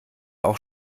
auch